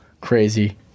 crazy